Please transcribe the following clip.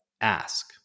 ask